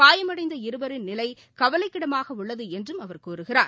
காயமடைந்த இருவரின் நிலைகவலைக்கிடமாகஉள்ளதுஎன்றும் அவர் கூறுகிறார்